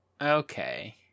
Okay